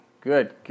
good